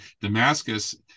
Damascus